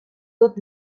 dut